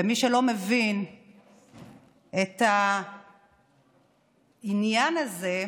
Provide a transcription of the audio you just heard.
ומי שלא מבין את העניין הזה,